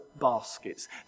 baskets